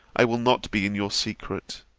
i will not be in your secret.